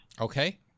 Okay